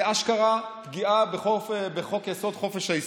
זה אשכרה פגיעה בחוק-יסוד: חופש העיסוק.